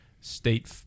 state